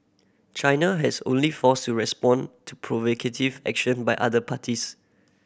China has only forced to respond to provocative action by other parties